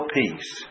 peace